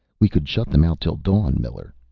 we could shut them out till dawn, miller,